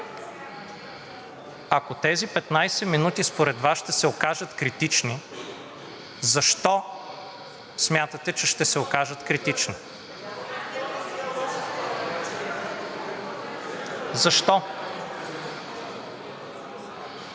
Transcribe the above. Ако тези 15 минути според Вас ще се окажат критични, защо смятате, че ще се окажат критични? Защо?